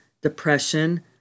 depression